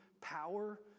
power